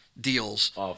deals